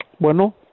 Bueno